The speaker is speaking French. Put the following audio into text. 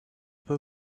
peu